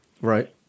Right